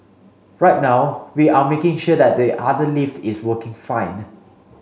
right now we are making sure that the other lift is working fine